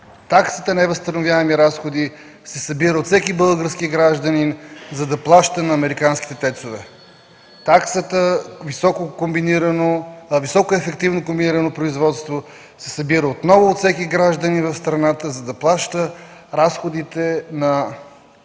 Таксата „невъзстановяеми разходи” се събира от всеки български гражданин, за да плаща на американските ТЕЦ-ове. Таксата „високоефективно комбинирано производство” се събира отново от всеки гражданин в страната, за да плаща разходите на